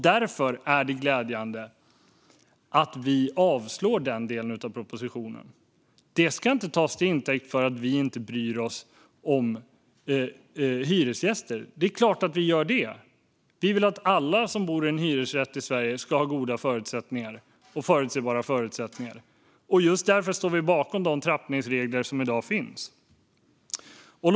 Därför är det glädjande att vi avslår den delen av propositionen. Det ska inte tas till intäkt för att vi inte bryr oss om hyresgäster. Det är klart att vi gör det. Vi vill att alla som bor i en hyresrätt i Sverige ska ha goda och förutsägbara förutsättningar. Just därför står vi bakom de trappningsregler som finns i dag.